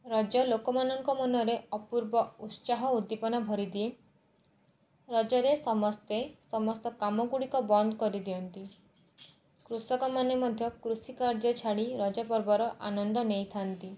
ରଜ ଲୋକମାନଙ୍କ ମନରେ ଅପୂର୍ବ ଉତ୍ସାହ ଉଦ୍ଦୀପନା ଭରିଦିଏ ରଜରେ ସମସ୍ତେ ସମସ୍ତ କାମଗୁଡ଼ିକ ବନ୍ଦ କରିଦିଅନ୍ତି କୃଷକମାନେ ମଧ୍ୟ କୃଷି କାର୍ଯ୍ୟ ଛାଡ଼ି ରଜ ପର୍ବର ଆନନ୍ଦ ନେଇଥାଆନ୍ତି